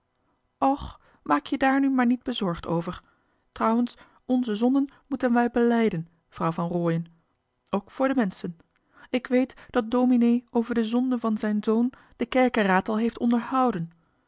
och maak je daar nu maar niet bezorgd over trouwens onze zonden moeten wij belijden vrouw van rooien ook voor de menschen ik weet dat dominee over de zonde van zijn zoon de kerkeraad al heeft onderhouden